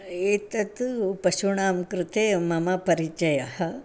एतत् पशूणां कृते मम परिचयः